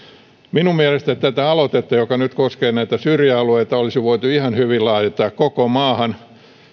minun mielestäni tätä aloitetta joka nyt koskee näitä syrjäalueita olisi voitu ihan hyvin laajentaa koko maahan